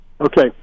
Okay